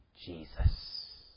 Jesus